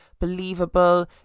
believable